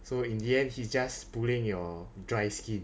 so in the end he just pulling your dry skin